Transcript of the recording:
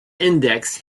index